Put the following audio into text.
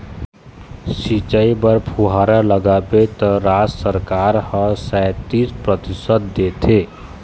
सिंचई बर फुहारा लगाबे त राज सरकार ह सैतीस परतिसत देथे